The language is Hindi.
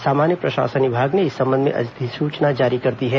सामान्य प्रशासन विभाग ने इस संबंध में अधिसूचना जारी कर दी है